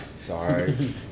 Sorry